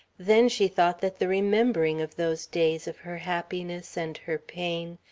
then she thought that the remembering of those days of her happiness and her pain,